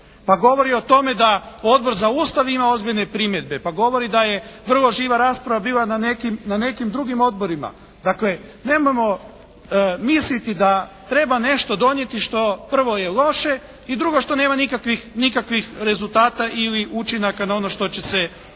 Pa govori o tome da Odbor za Ustav ima ozbiljne primjedbe, pa govori da je vrlo živa rasprava bila na nekim drugim odborima. Dakle, nemojmo misliti da treba nešto donijeti što prvo je loše i drugo što nema nikakvih rezultata ili učinaka na ono što će se zbivati